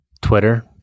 Twitter